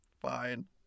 Fine